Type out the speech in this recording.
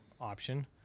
option